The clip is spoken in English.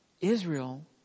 Israel